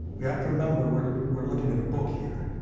we have to remember we're we're looking at a book here,